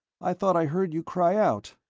i thought i heard you cry out.